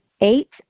Eight